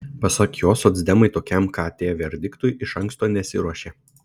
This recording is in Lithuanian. pasak jo socdemai tokiam kt verdiktui iš anksto nesiruošė